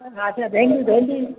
ଆଚ୍ଛା ଭେଣ୍ଡି ଭେଣ୍ଡି